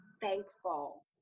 thankful